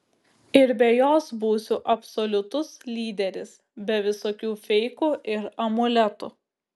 ir be jos būsiu absoliutus lyderis be visokių feikų ir amuletų